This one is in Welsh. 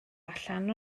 allan